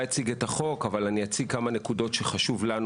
החוק אבל אציג כמה נקודות שחשוב לנו,